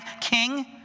king